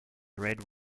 red